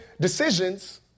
decisions